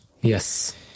Yes